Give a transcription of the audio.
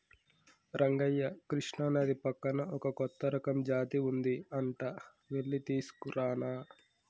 రంగయ్య కృష్ణానది పక్కన ఒక కొత్త రకం జాతి ఉంది అంట వెళ్లి తీసుకురానా